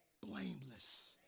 blameless